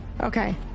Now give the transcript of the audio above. Okay